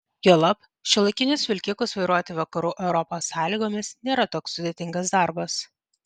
juolab šiuolaikinius vilkikus vairuoti vakarų europos sąlygomis nėra toks sudėtingas darbas